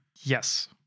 Yes